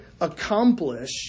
accomplish